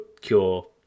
cure